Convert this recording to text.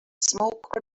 smoke